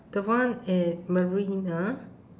the one at marina